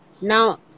now